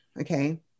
Okay